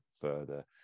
further